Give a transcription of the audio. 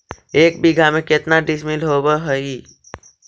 एक बीघा में केतना डिसिमिल होव हइ?